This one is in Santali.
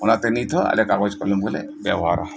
ᱚᱱᱟ ᱛᱮ ᱱᱤᱛ ᱦᱚᱸ ᱟᱞᱮ ᱠᱟᱜᱚᱡᱽ ᱠᱚᱞᱚᱢ ᱜᱮᱞᱮ ᱵᱮᱵᱚᱦᱟᱨᱟ